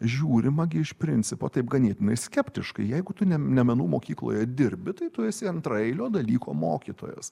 žiūrima gi iš principo taip ganėtinai skeptiškai jeigu tu ne ne menų mokykloje dirbi tai tu esi antraeilio dalyko mokytojas